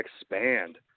expand